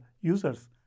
users